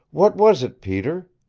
what was it, peter?